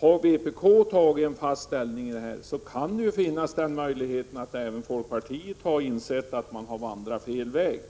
Har vpk intagit en fast ställning i ärendet kan den möjligheten finnas att man även i folkpartiet har insett att man har vandrat fel väg